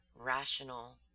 rational